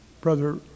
Brother